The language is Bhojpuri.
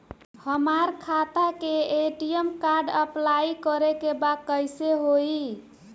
हमार खाता के ए.टी.एम कार्ड अप्लाई करे के बा कैसे होई?